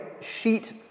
sheet